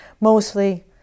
mostly